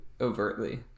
overtly